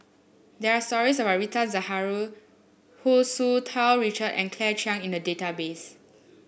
there are stories about Rita Zahara Hu Tsu Tau Richard and Claire Chiang in the database